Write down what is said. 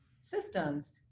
systems